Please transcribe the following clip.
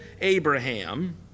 Abraham